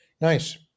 Nice